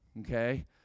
Okay